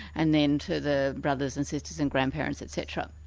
and then to the brothers and sisters and grandparents etc.